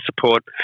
support